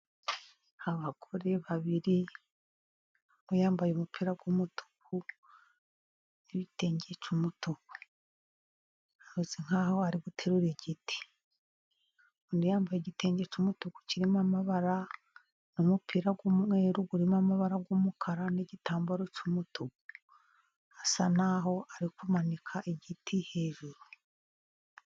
Abagore babiri mu yambaye umupira w'umutuku n'ibitegica umutuku ha nkaho ari guterura igiti uni yambaye igitenge cy'umutuku kirimo amabara n'umupira w'umweru urimo amabara'umukara n'igitambaro cy'umutuku asa naho ari kumanika igiti hejuru.